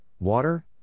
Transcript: Water